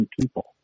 people